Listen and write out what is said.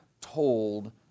told